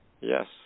Yes